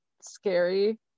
scary